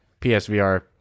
PSVR